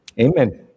Amen